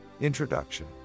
Introduction